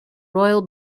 royal